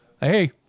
Hey